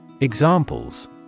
Examples